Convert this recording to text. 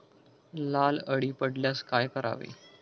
लाल अळी पडल्यास काय करावे?